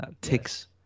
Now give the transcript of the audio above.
ticks